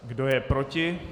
Kdo je proti?